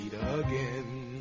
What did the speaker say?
again